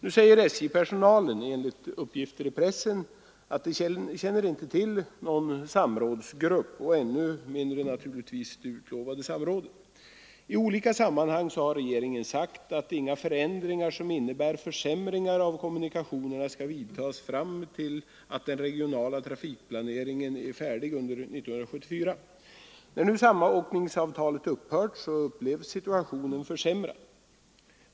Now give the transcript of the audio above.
Nu säger SJ-personalen, enligt uppgifter i pressen, att den inte känner till någon samrådsgrupp och ännu mindre naturligtvis det utlovade samrådet. I olika sammanhang har regeringen sagt att inga förändringar som innebär försämringar av kommunikationerna skall vidtas fram till dess att den regionala trafikplaneringen är färdig under 1974. När nu samåkningsavtalet upphört upplevs situationen som försämrad.